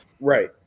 right